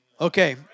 Okay